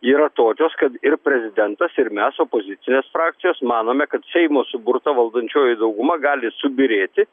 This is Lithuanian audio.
yra tokios kad ir prezidentas ir mes opozicinės frakcijos manome kad seimo suburta valdančioji dauguma gali subyrėti